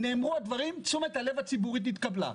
נאמרו הדברים, תשומת הלב הציבורית נתקבלה.